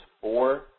four